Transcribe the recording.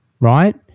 right